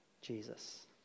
Jesus